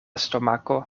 stomako